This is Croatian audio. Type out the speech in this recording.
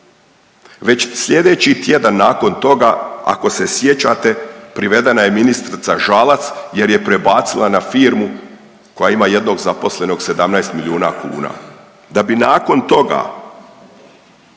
Već sljedeći tjedan nakon toga ako se sjećate privedena je ministrica Žalac, jer je prebacila na firmu koja ima jednog zaposlenog 17 milijuna kuna, da bi nakon toga